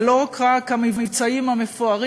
זה לא רק המבצעים המפוארים,